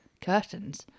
curtains